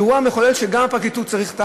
אירוע מחולל שגם הפרקליטות צריכה,